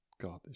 God